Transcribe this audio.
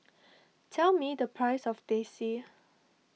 tell me the price of Teh C